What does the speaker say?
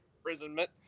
imprisonment